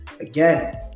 again